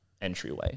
entryway